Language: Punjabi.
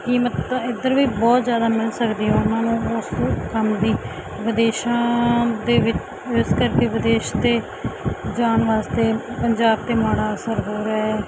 ਕੀਮਤ ਤਾਂ ਇੱਧਰ ਵੀ ਬਹੁਤ ਜ਼ਿਆਦਾ ਮਿਲ ਸਕਦੀ ਹੈ ਉਹਨਾਂ ਨੂੰ ਉਸ ਕੰਮ ਦੀ ਵਿਦੇਸ਼ਾਂ ਦੇ ਵਿੱਚ ਇਸ ਕਰਕੇ ਵਿਦੇਸ਼ ਤਾਂ ਜਾਣ ਵਾਸਤੇ ਪੰਜਾਬ 'ਤੇ ਮਾੜਾ ਅਸਰ ਹੋ ਰਿਹਾ ਹੈ